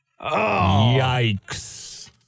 yikes